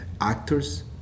actors